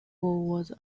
was